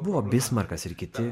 buvo bismarkas ir kiti